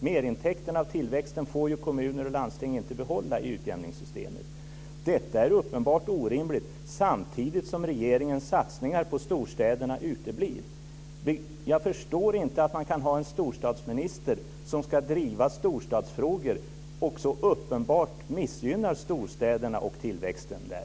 Merintäkten av tillväxten får ju kommuner och landsting inte behålla i utjämningssystemet. Detta är uppenbart orimligt samtidigt som regeringens satsningar på storstäderna uteblir. Jag förstår inte att man kan ha en storstadsminister, som ska driva storstadsfrågor, som så uppenbart missgynnar storstäderna och tillväxten där.